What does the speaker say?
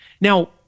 Now